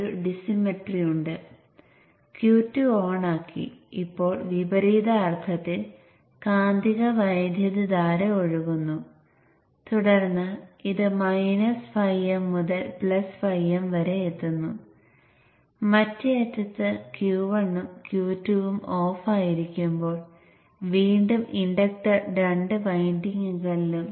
ഈ സമയത്ത് ഇത് 0 ആയതിനാൽ മറ്റേ അറ്റം Vin ആണെന്ന് നിങ്ങൾ കാണും